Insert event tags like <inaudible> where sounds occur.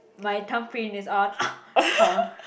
my thumbprint is on <noise>